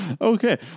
Okay